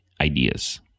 ideas